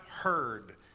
heard